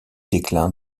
déclin